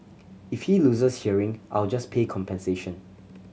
if he loses hearing I'll just pay compensation